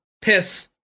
piss